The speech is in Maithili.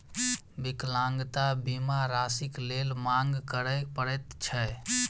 विकलांगता बीमा राशिक लेल मांग करय पड़ैत छै